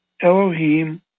Elohim